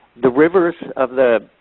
the rivers of the